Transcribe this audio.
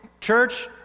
church